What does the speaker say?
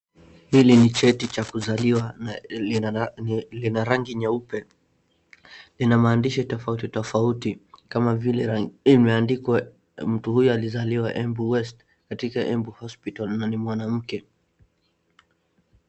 Hili ni cheti chaa kuzaliwa na lina, ni, lina rangi nyeupe. Lina maandishi tofauti tofauti, kama vile imeandikwa mtu huyu alizaliwa Embu West, katika Embu hospital , na ni mwanamke.